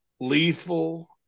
lethal